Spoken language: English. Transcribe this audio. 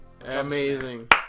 amazing